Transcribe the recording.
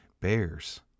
bears